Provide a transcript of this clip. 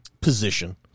position